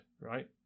right